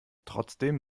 trotzdem